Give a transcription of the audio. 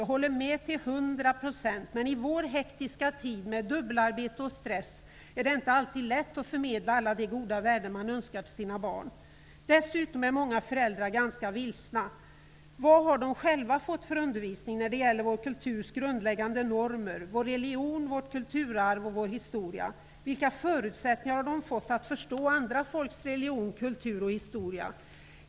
Jag håller med till hundra procent, men i vår hektiska tid, med dubbelarbete och stress, är det inte alltid lätt att förmedla alla de goda värden man önskar till sina barn. Dessutom är många föräldrar ganska vilsna. Vad har de själva fått för undervisning när det gäller vår kulturs grundläggande normer, vår religion, vårt kulturarv och vår historia? Vilka förutsättningar har de fått att förstå andra folks religion, kultur och historia?